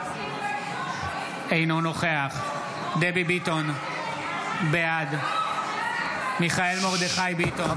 אינו נוכח דבי ביטון, בעד מיכאל מרדכי ביטון,